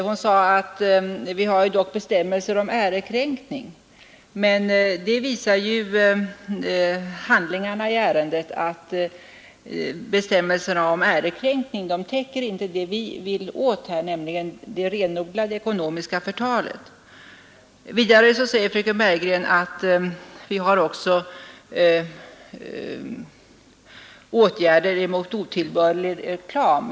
Hon sade att vi har dock bestämmelser om ärekränkning, men läget är ju det att bestämmelserna om ärekränkning inte täcker det vi vill åt, nämligen det renodlade ekonomiska förtalet. Vidare sade fröken Bergegren att det också finns åtgärder mot otillbörlig reklam.